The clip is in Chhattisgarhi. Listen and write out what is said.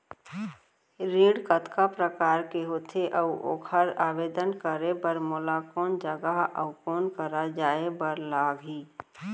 ऋण कतका प्रकार के होथे अऊ ओखर आवेदन करे बर मोला कोन जगह अऊ कोन करा जाए बर लागही?